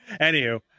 Anywho